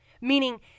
meaning